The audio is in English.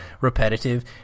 repetitive